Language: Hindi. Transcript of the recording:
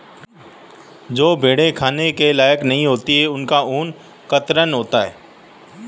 जो भेड़ें खाने के लायक नहीं होती उनका ऊन कतरन होता है